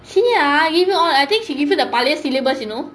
she ah give you all I think she give you the pioneer syllabus you know